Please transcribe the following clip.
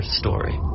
story